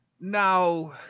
now